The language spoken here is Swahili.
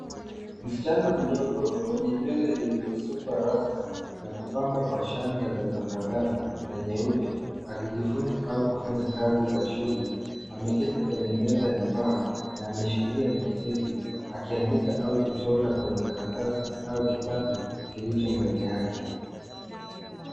Msichana mdogo mwenye nywele zilizosukwa rasta na kupambwa kwa shanga za zambarau na nyeupe akijifunza au kufanya kazi za shule. Ameketi kwenye meza ya mbao na ameshikilia penseli akiandika au kuchora kwenye karatasi au kitabu kilicho mbele yake.